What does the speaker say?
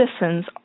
citizens